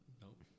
Nope